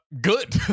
Good